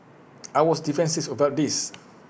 I was defensive about this